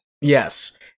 Yes